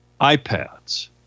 iPads